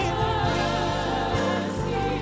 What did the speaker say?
mercy